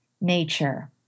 nature